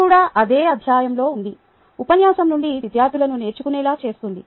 ఇది కూడా అదే అధ్యాయంలో ఉంది ఉపన్యాసం నుండి విద్యార్థులను నేర్చుకునేలా చేస్తుంది